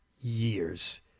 years